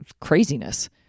craziness